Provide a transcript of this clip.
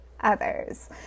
others